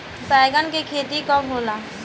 बैंगन के खेती कब होला?